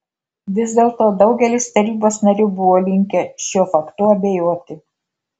vis dėlto daugelis tarybos narių buvo linkę šiuo faktu abejoti